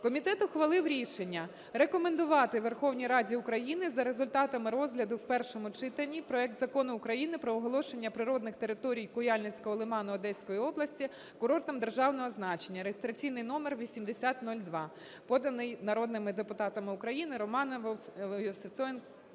Комітет ухвалив рішення рекомендувати Верховній Раді України за результатами розгляду в першому читанні проект Закону України про оголошення природних територій Куяльницького лиману Одеської області курортом державного значення (реєстраційний номер 8002), поданий народними депутатами України Романовою, Сисоєнко,